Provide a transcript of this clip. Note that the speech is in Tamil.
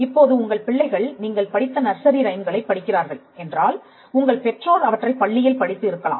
இப்போது உங்கள் பிள்ளைகள் நீங்கள் படித்த நர்சரி ரைம்களைப் படிக்கிறார்கள் என்றால் உங்கள் பெற்றோர் அவற்றை பள்ளியில் படித்து இருக்கலாம்